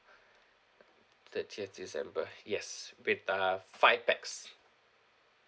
thirtieth december yes with uh five pax